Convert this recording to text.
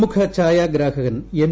പ്രമുഖ ഛായാഗ്രാഹകൻ എം